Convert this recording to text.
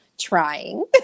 trying